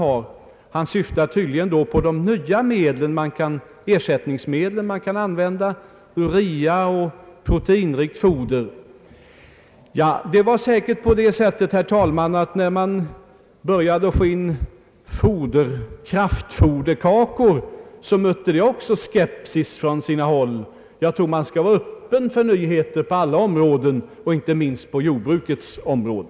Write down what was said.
Herr Kristiansson syftar tydligen på de nya ersättningsmedel som man kan använda, t.ex. urea och proteinrikt foder. När vi började få in kraftfoderkakor, herr talman, så mötte det säkert också skepsis på sina håll. Jag tror man skall vara öppen för nyheter på alla områden inte minst på jordbrukets område.